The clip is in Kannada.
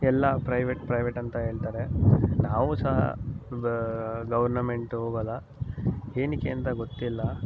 ಎಲ್ಲ ಪ್ರೈವೇಟ್ ಪ್ರೈವೇಟ್ ಅಂತ ಹೇಳ್ತಾರೆ ನಾವು ಸಹ ಗೌರ್ನಮೆಂಟು ಹೋಗಲ್ಲ ಏತಕ್ಕೆ ಅಂತ ಗೊತ್ತಿಲ್ಲ